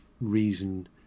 reason